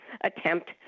attempt